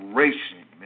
racing